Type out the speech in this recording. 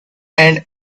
and